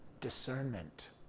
discernment